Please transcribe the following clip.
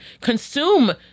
consume